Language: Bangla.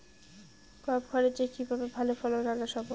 কম খরচে কিভাবে ভালো ফলন আনা সম্ভব?